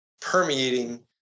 permeating